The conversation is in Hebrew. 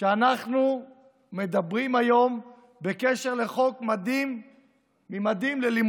שאנחנו מדברים היום בקשר לחוק ממדים ללימודים,